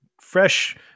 Fresh